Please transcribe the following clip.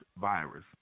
virus